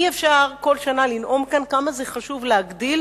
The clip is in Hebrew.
אי-אפשר כל שנה לנאום כאן כמה זה חשוב להגדיל